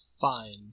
fine